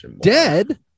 Dead